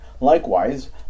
Likewise